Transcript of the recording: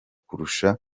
kurusha